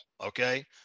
Okay